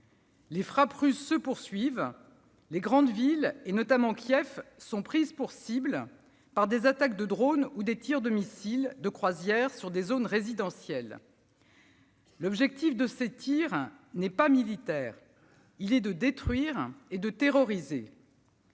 Les frappes russes se poursuivent. Les grandes villes, notamment Kiev, sont prises pour cible par des attaques de drones ou des tirs de missiles de croisière sur des zones résidentielles. L'objectif de ces tirs n'est pas militaire : il est de détruire et de terroriser.